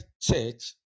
church